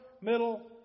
middle